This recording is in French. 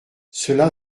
cela